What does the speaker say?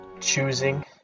choosing